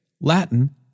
Latin